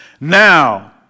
Now